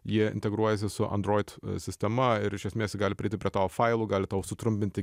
jie integruojasi su android sistema ir iš esmės gali prieiti prie tavo failų gali tau sutrumpinti